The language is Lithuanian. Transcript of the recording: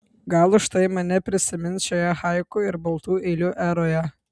gal už tai mane prisimins šioje haiku ir baltų eilių eroje